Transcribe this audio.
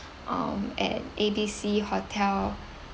um at A B C hotel